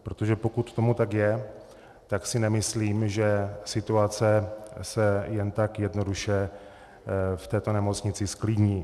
Protože pokud tomu tak je, tak si nemyslím, že situace se jen tak jednoduše v této nemocnici zklidní.